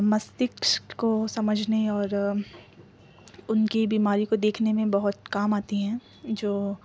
مستشک کو سمجھنے اور ان کی بیماری کو دیکھنے میں بہت کام آتی ہیں جو